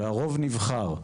והרוב נבחר,